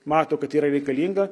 mato kad tai yra reikalinga